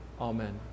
Amen